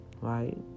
Right